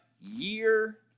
year